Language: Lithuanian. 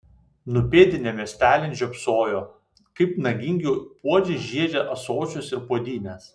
nupėdinę miestelin žiopsojo kaip nagingi puodžiai žiedžia ąsočius ir puodynes